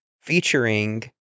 featuring